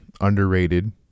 underrated